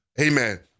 Amen